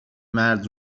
مرد